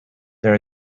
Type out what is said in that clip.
there